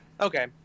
Okay